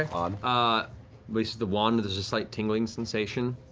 ah ah raises the wand. there's a slight tingling sensation,